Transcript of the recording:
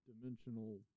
dimensional